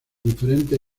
diferentes